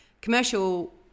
commercial